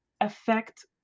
affect